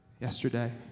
yesterday